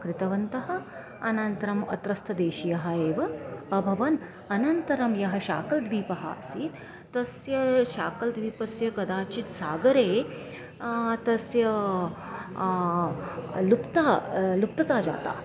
कृतवन्तः अनन्तरम् अत्रस्त देशीयः एव अभवन् अनन्तरं यः शाकल्द्वीपः आसीत् तस्य शाकल्द्वीपस्य कदाचित् सागरे तस्य लुप्तता लुप्तता जाता